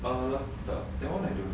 err entah that [one] I don't know